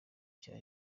cya